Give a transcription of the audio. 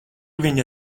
viņa